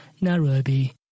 Nairobi